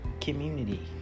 community